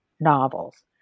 novels